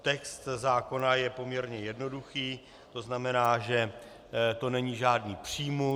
Text zákona je poměrně jednoduchý, tzn. že to není žádný přímus.